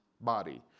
body